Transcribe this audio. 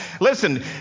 Listen